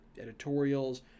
editorials